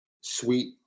sweet